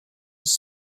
was